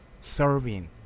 serving